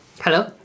Hello